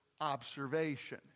observation